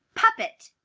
puppet!